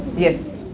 yes.